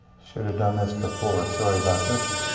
should have done this before. sorry about this.